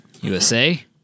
USA